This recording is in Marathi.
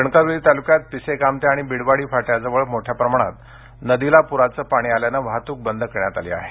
कणकवली तालुक्यात पिसेकामते आणि बिडवाडी फाट्याजवळ मोठ्या प्रमाणात नदीला प्राचं पाणी आल्यामुळे वाहतूक बंद करण्यात आली आहे